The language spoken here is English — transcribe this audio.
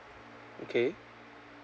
okay